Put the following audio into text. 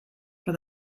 for